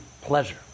pleasure